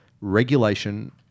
regulation